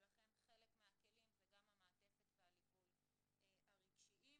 ולכן חלק מהכלים זה גם המעטפת והליווי הרגשיים.